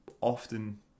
often